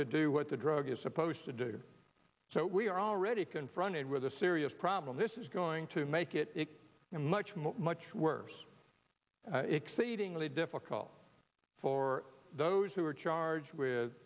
do what the drug is supposed to do so we are already confronted with a serious problem this is going to make it much much worse exceedingly difficult for those who are charged with